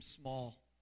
small